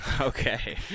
Okay